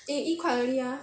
eh you eat quite early ah